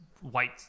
white